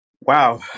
Wow